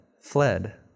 fled